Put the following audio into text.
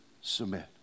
submit